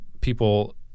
people